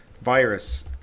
virus